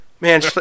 man